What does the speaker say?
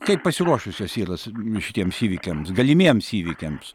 kaip pasiruošusios yra šitiems įvykiams galimiems įvykiams